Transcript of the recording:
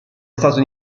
stato